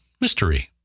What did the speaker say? mystery